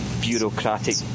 bureaucratic